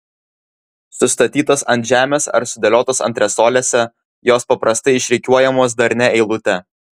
sustatytos ant žemės ar sudėliotos antresolėse jos paprastai išrikiuojamos darnia eilute